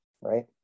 right